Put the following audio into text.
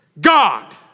God